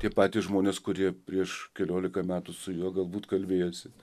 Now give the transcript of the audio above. tie patys žmonės kurie prieš keliolika metų su juo galbūt kalbėjosi